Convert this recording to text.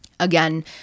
again